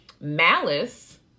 malice